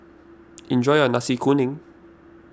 enjoy your Nasi Kuning